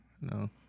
No